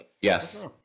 Yes